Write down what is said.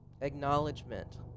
acknowledgement